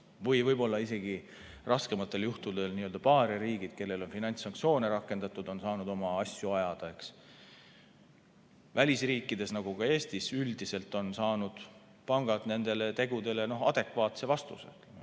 või võib-olla isegi raskematel juhtudel n-ö paariariigid, kellele on finantssanktsioone rakendatud, on saanud oma asju ajada. Välisriikides, nagu ka Eestis, üldiselt on saanud pangad nendele tegudele adekvaatse vastuse.